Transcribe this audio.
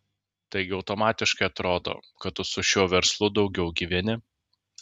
taigi automatiškai atrodo kad tu su šiuo verslu daugiau gyveni